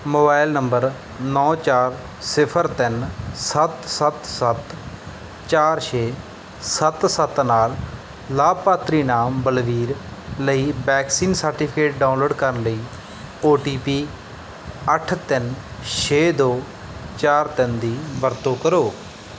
mobile number ਨੌ ਚਾਰ ਸਿਫਰ ਤਿੰਨ ਸੱਤ ਸੱਤ ਸੱਤ ਚਾਰ ਛੇ ਸੱਤ ਸੱਤ ਨਾਲ ਲਾਭਪਾਤਰੀ ਨਾਮ ਬਲਬੀਰ ਲਈ ਵੈਕਸੀਨ ਸਰਟੀਫਿਕੇਟ ਡਾਊਨਲੋਡ ਕਰਨ ਲਈ ਓ ਟੀ ਪੀ ਅੱਠ ਤਿੰਨ ਛੇ ਦੋ ਚਾਰ ਤਿੰਨ ਦੀ ਵਰਤੋਂ ਕਰੋ